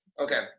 okay